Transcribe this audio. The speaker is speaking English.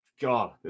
God